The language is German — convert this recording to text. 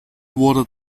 wurde